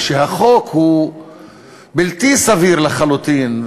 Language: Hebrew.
כשהחוק הוא בלתי סביר לחלוטין,